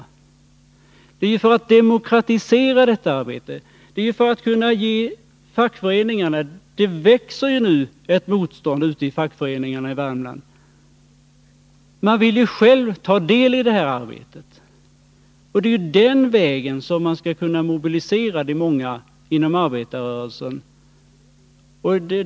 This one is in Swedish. Det växer nu ett motstånd i fackföreningarna i Värmland. Fackföreningarna vill själva ta del i det här arbetet. Det är den vägen man kan mobilisera de många inom arbetarrörelsen.